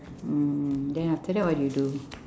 then after that what do you do